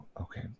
okay